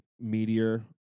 meteor